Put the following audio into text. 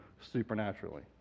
supernaturally